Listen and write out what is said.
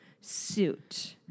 suit